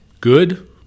Good